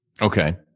Okay